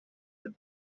the